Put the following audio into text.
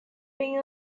been